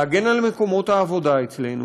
להגן על מקומות העבודה אצלנו,